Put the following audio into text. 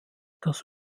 das